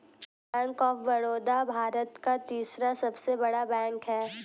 bank of Baroda भारत का तीसरा सबसे बड़ा बैंक हैं